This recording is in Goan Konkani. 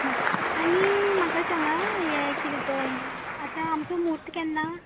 आनी म्हाका सांगां हें कितें तें आतां आमचो म्हूर्त केन्ना